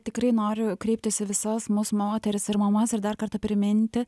tikrai noriu kreiptis į visas mus moteris ir mamas ir dar kartą priminti